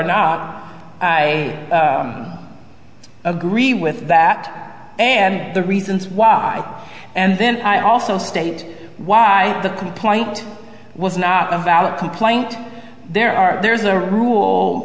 not i agree with that and the reasons why and then i also state why the complaint was not a valid complaint there are there's a rule